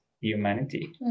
Humanity